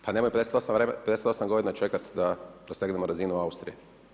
Pa nemaju 58 godina čekati da dosegnemo razinu Austrije.